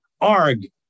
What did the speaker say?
Arg